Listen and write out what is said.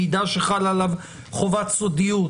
מידע שחלה עליו חובת סודיות,